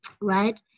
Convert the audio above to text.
Right